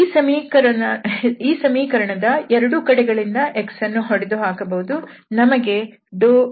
ಈ ಸಮೀಕರಣದ 2 ಕಡೆಗಳಿಂದ x ಅನ್ನು ಹೊಡೆದುಹಾಕಬಹುದು ನಮಗೆ ∂h∂y0 ಸಿಗುತ್ತದೆ